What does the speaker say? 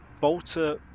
bolter